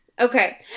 Okay